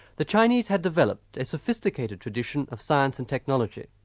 the chinese had developed a sophisticated tradition of science and technology.